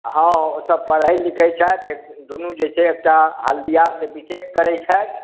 हॅं ओ तऽ पढ़ै लिखै छथि दुनू जे छै एकटा हल्दिया सॅं बी टेक करै छथि